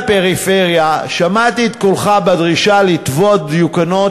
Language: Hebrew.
שמעתי את קולך בדרישה לטבוע דיוקנאות